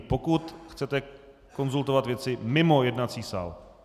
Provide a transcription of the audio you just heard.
Pokud chcete konzultovat věci, tak mimo jednací sál!